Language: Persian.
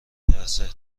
ترسه